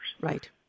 Right